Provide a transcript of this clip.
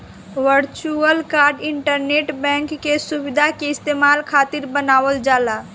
virtual card internet bank के सुविधा के इस्तेमाल खातिर बनावल जाला